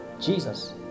Jesus